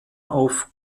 auf